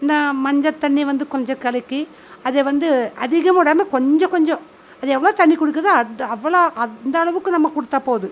இந்த மஞ்சள்தண்ணி வந்து கொஞ்சம் கலக்கி அதை வந்து அதிகமாக விடாம கொஞ்சம் கொஞ்சம் அது எவ்வளோ தண்ணி குடிக்குதோ அவ்வளோ அந்த அளவுக்கு நம்ம கொடுத்தா போதும்